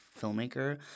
filmmaker